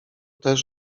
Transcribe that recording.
też